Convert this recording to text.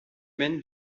mène